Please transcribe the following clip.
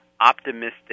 optimistic